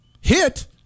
hit